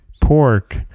pork